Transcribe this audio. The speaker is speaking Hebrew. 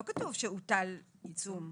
לא כתוב שהוטל עיצום.